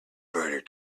murder